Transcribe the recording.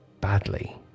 Badly